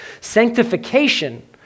Sanctification